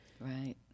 Right